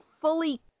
fully